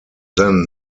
then